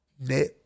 net